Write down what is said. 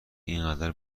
اینقدر